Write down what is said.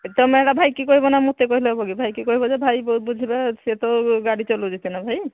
ଏ ତମେ ହେଟା ଭାଇକି କହିବ ନା ମୋତେ କହିଲେ ହେବ କି ଭାଇକି କହିବ ଯେ ଭାଇ ବ ବୁଝିବା ସ ସେ ତ ଗାଡ଼ି ଚଲଉଚେ ନା ଭାଇ